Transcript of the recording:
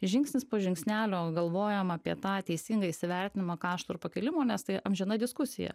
žingsnis po žingsnelio galvojam apie tą teisingą įsivertinimą kašto ir pakilimo nes tai amžina diskusija